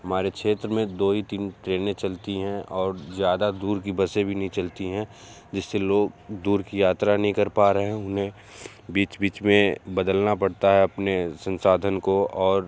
हमारे क्षेत्र में दो ही तीन ट्रेनें चलती हैं और ज़्यादा दूर की बसे भी नहीं चलती हैं जिससे लोग दूर की यात्रा नहीं कर पा रहे हैं उन्हें बीच बीच में बदलना पड़ता है अपने संसाधन को और